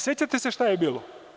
Sećate li se šta je bilo?